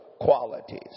qualities